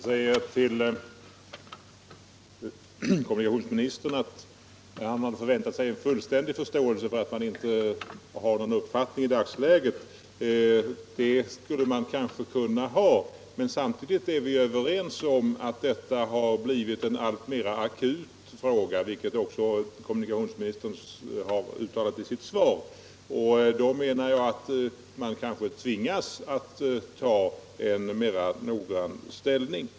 Herr talman! Kommunikationsministern förväntar sig fullständig förståelse för att han inte har någon uppfattning i dagsläget. Ja, sådan förståelse skulle man kunna ha, men samtidigt är vi överens om att denna fråga blivit alltmer akut, vilket också kommunikationsministern har uttalat i sitt svar. Då tvingas man kanske att ta en mer bestämd ställning.